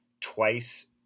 twice